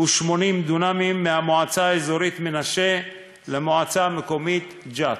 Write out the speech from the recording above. דונמים מהמועצה האזורית מנשה למועצה האזורית ג'ת,